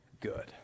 good